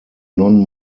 non